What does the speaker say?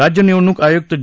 राज्य निवडणूक आयुक्त ज